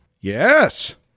yes